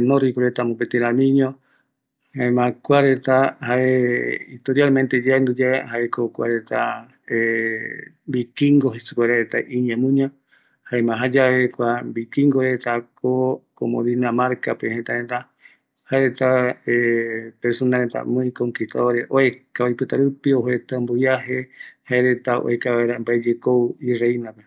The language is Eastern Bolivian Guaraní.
nordicovi, kuareta vikingoreta iñemuña, kuareta oajaete iyɨpɨ reta iguataje oeka vaera mbaeyekou, jare ïkɨreɨ aveiño ɨvɨ öpïrö reta oipotarupi, jaeramo kua tëtä añavërupi oikokatu, tëtä ikavigueva, jaevi iroɨ jenda